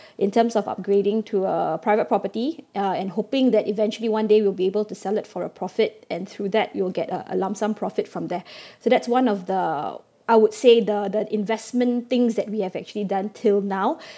in terms of upgrading to a private property uh and hoping that eventually one day we'll be able to sell it for a profit and through that it'll get a a lump sum profit from there so that's one of the I would say the the investment things that we have actually done till now